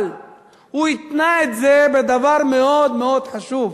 אבל הוא התנה את זה בדבר מאוד מאוד חשוב,